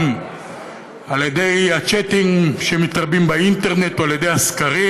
על-ידי הצ'טים שמתרבים באינטרנט או על-ידי הסקרים?